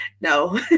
no